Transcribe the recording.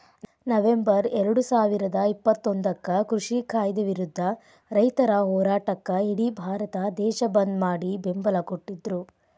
November ಎರಡುಸಾವಿರದ ಇಪ್ಪತ್ತೊಂದಕ್ಕ ಕೃಷಿ ಕಾಯ್ದೆ ವಿರುದ್ಧ ರೈತರ ಹೋರಾಟಕ್ಕ ಇಡಿ ಭಾರತ ದೇಶ ಬಂದ್ ಮಾಡಿ ಬೆಂಬಲ ಕೊಟ್ಟಿದ್ರು